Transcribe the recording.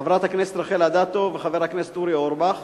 חברת הכנסת רחל אדטו וחבר הכנסת אורי אורבך.